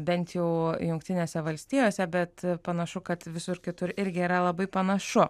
bent jau jungtinėse valstijose bet panašu kad visur kitur irgi yra labai panašu